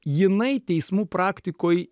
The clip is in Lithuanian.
jinai teismų praktikoj